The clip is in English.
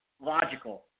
logical